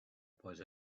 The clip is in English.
was